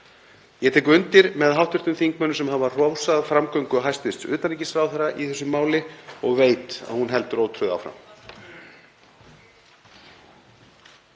Ég tek undir með hv. þingmönnum sem hafa hrósað framgöngu hæstv. utanríkisráðherra í þessu máli og veit að hún heldur ótrauð áfram.